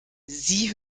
sie